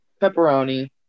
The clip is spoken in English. Pepperoni